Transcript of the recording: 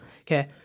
Okay